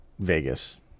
Vegas